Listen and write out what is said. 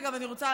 אגב, אני רוצה